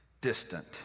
Distant